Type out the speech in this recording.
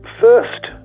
first